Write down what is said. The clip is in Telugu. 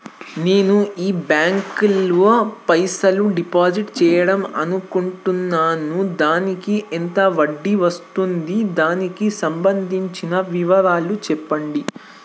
నేను ఈ బ్యాంకులో పైసలు డిసైడ్ చేద్దాం అనుకుంటున్నాను దానికి ఎంత వడ్డీ వస్తుంది దానికి సంబంధించిన వివరాలు చెప్పండి?